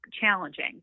challenging